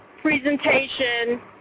presentation